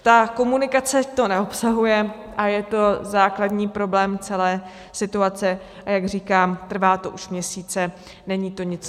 Ta komunikace to neobsahuje a je to základní problém celé situace, a jak říkám, trvá to už měsíce, není to nic nového.